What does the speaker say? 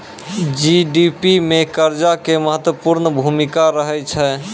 GDP मे कर्जा के महत्वपूर्ण भूमिका रहै छै